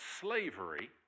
slavery